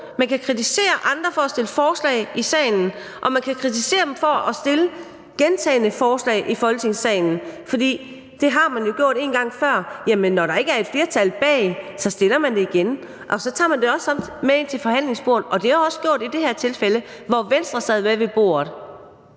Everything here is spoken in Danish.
Man kan kritisere andre for at fremsætte forslag i salen, og man kan kritisere dem for at fremsætte gentagne forslag i Folketingssalen, for det har man jo gjort en gang før. Jamen når der ikke er et flertal bag, så fremsætter man det igen, og så tager man det også med ind til forhandlingsbordet, og det har jeg også gjort i det her tilfælde, hvor Venstre sad med ved bordet.